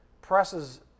presses